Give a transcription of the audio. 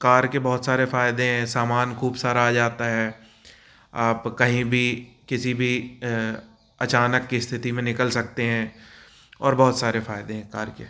car के बहुत सारे फ़ायदे हैं सामान ख़ूब सारा आ जाता है आप कहीं भी किसी भी अचानक की स्थिति में निकल सकते हैं और बहुत सारे फ़ायदे हैं कार के